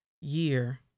year